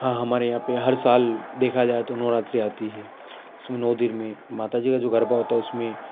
हाँ हमारे यहाँ पर हर साल देखा जाए तो नवरात्रि आती है उसमें नौ दिन में माता जी का जो गरबा होता है उसमें